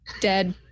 dead